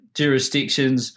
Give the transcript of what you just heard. jurisdictions